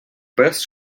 пес